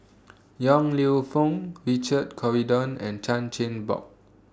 Yong Lew Foong Richard Corridon and Chan Chin Bock